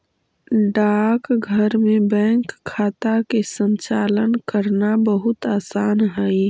डाकघर में बैंक खाता के संचालन करना बहुत आसान हइ